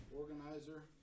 organizer